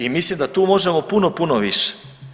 I mislim da tu možemo puno, puno više.